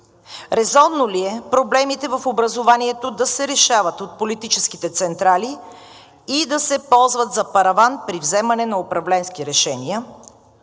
Резонно ли е проблемите в образованието да се решават от политическите централи и да се ползват за параван при вземане на управленски решения?